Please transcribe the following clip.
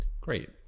Great